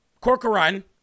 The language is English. Corcoran